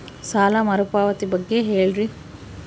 ಸಾಲ ಮರುಪಾವತಿ ಬಗ್ಗೆ ಹೇಳ್ರಿ?